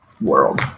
World